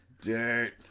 dirt